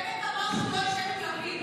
בנט אמר שהוא לא ישב עם לפיד.